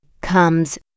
comes